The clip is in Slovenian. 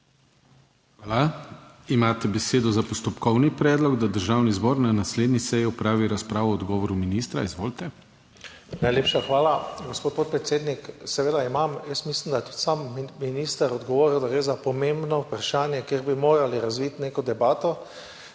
Hvala. Imate besedo za postopkovni predlog, da Državni zbor na naslednji seji opravi razpravo o odgovoru ministra. Izvolite. FRANC BREZNIK (PS SDS): Najlepša hvala, gospod podpredsednik. Seveda imam. Mislim, da je tudi sam minister odgovoril, da gre za pomembno vprašanje, kjer bi morali razviti neko debato.